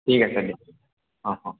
ঠিক আছে দিয়ক অঁ অঁ